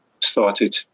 started